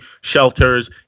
shelters